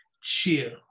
cheer